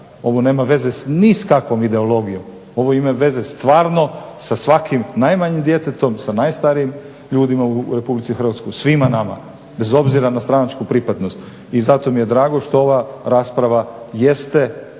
ovo nema veze ni s kakvom ideologijom, ovo ima veze stvarno sa svakim najmanjim djetetom, sa najstarijim ljudima u Republici Hrvatskoj, svima nama, bez obzira na stranačku pripadnost i zato mi je drago što ova rasprava jeste